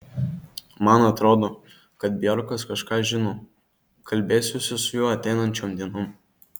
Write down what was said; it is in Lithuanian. man atrodo kad bjorkas kažką žino kalbėsiuosi su juo ateinančiom dienom